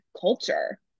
culture